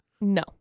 No